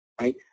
right